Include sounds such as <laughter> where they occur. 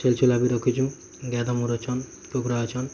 ଛେଲ ଛୁଲା ବି ରଖିଛୁ <unintelligible> ଅଛନ୍ କୁକୁଡ଼ା ଅଛନ୍